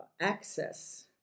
access